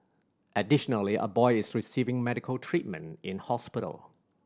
additionally a boy is receiving medical treatment in hospital